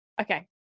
okay